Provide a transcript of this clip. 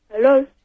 Hello